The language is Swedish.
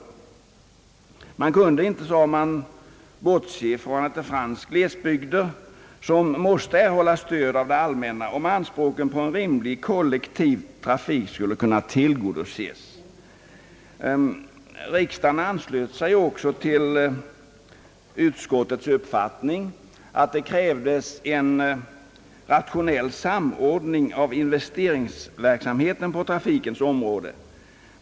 Man kunde inte, sade man, bortse från att det fanns glesbygder som måste erhålla stöd av det allmänna, om anspråken på en rimlig kollektiv trafik skulle kunna tillgodoses. Riksdagen anslöt sig också till utskottets uppfattning att det krävdes en rationell samordning av investeringsverksamheten på trafikens område.